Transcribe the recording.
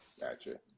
Gotcha